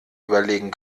überlegen